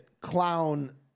clown